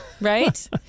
Right